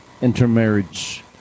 intermarriage